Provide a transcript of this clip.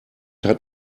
hat